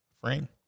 frame